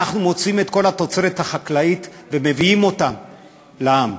אנחנו מוציאים את כל התוצרת החקלאית ומביאים אותה לעם.